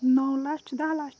نَو لَچھ دَہ لَچھ